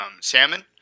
salmon